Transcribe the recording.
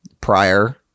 prior